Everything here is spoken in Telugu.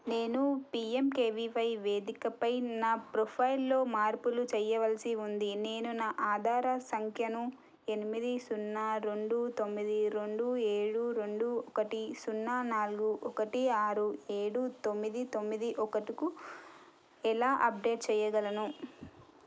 నేను పీఎంకేవీవై వేదికపై నా ప్రొఫైల్లో మార్పులు చెయ్యవలసి ఉంది నేను నా ఆధార సంఖ్యను ఎనిమిది సున్నా రెండు తొమ్మిది రొండు ఏడు రెండు ఒకటి సున్నా నాలుగు ఒకటి ఆరు ఏడు తొమ్మిది తొమ్మిది ఒకటికి ఎలా అప్డేట్ చెయ్యగలను